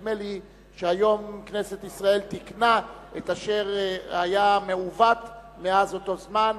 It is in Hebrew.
נדמה לי שהיום כנסת ישראל תיקנה את אשר היה מעוות מאז אותו זמן.